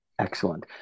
Excellent